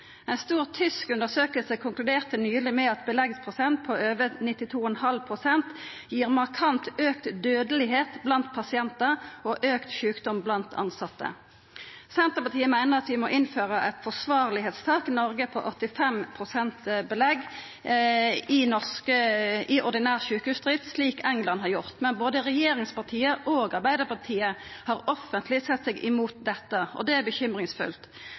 stor tysk undersøking konkluderte nyleg med at ein beleggsprosent på over 92,5 gir markant auka dødelegheit blant pasientar og auka sjukdom blant tilsette. Senterpartiet meiner at vi må innføra eit «forsvarlighetstak» i Noreg på 85 pst. belegg i ordinær sjukehusdrift, slik England har gjort. Men både regjeringspartia og Arbeidarpartiet har offentleg sett seg imot dette. Det er